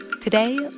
Today